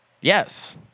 Yes